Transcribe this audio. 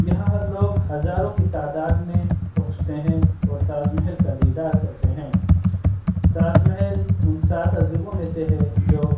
یہاں ہر لوگ ہزاروں کی تعداد میں پہنچتے ہیں اور تاج محل کا دیدار کرتے ہیں تاج محل ان سات عجوبوں میں سے ہے جو